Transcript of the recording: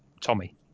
Tommy